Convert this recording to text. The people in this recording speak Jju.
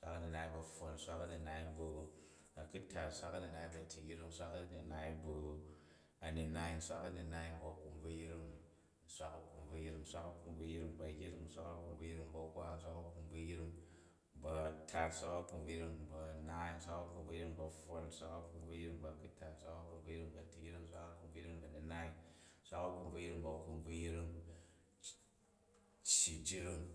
nswak a̱minai bu a̱pfwon, nswak a̱minai bu a̱kʉtat, nswak a̱minai bu a̱tiyring, nswak a̱minai bu a̱minai, nswak a̱minai bu a̱kumbvuyring, nswak a̱kumbvuyring. Nswak a̱kumbvuyring bu a̱yring, nswak a̱kumbvuyring bu a̱hwa, nswak a̱kumbvuyring bu a̱tat, nswak a̱kumbvuyring bu a̱naai, nswak a̱kumbvuyring bu a̱pfwon, nswak a̱kumbvuyring bu a̱ku̱tat, nswak a̱kumbvuyring bu a̱tiyring, nswak a̱kumbvuyring bu a̱kumbvuyring cyi jring.